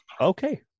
Okay